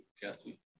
Kathy